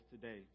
today